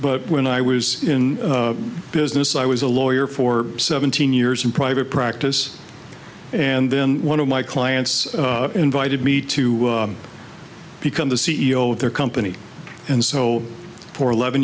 but when i was in business i was a lawyer for seventeen years in private practice and then one of my clients invited me to become the c e o of their company and so for eleven